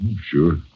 Sure